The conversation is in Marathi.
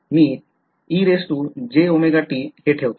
मी हे ठेवतो